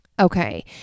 Okay